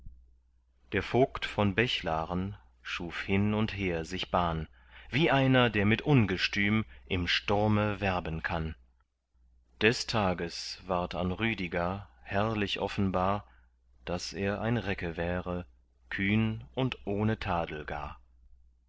der vogt von bechlaren schuf hin und her sich bahn wie einer der mit ungestüm im sturme werben kann des tages ward an rüdiger herrlich offenbar daß er ein recke wäre kühn und ohne tadel gar